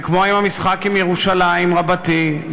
וכמו עם המשחק עם ירושלים רבתי,